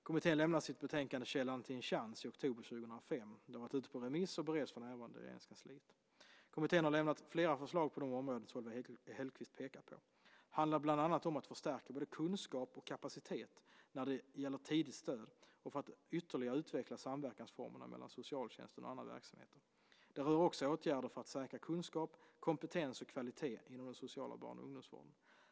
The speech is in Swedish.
Kommittén lämnade sitt betänkande Källan till en chans i oktober 2005. Det har varit ute på remiss och bereds för närvarande i Regeringskansliet. Kommittén har avlämnat flera förslag på de områden Solveig Hellquist pekar på. Det handlar bland annat om att förstärka både kunskap och kapacitet när det gäller tidigt stöd och för att ytterligare utveckla samverkansformerna mellan socialtjänsten och andra verksamheter. Det rör också åtgärder för att säkra kunskap, kompetens och kvalitet inom den sociala barn och ungdomsvården.